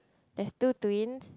there's two twins